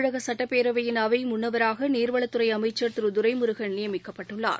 தமிழகசட்டப்பேரவையின் அவைமுன்னவராகநீர்வளத்துறைஅமைச்சர் திருதுரைமுருகன் நியமிக்கப்பட்டுள்ளார்